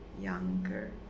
younger